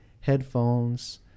headphones